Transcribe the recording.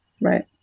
Right